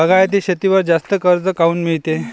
बागायती शेतीवर जास्त कर्ज काऊन मिळते?